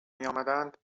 میامدند